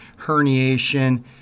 herniation